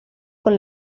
con